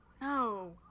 No